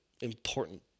important